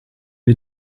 wir